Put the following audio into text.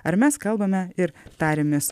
ar mes kalbame ir tariamės